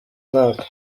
mwaka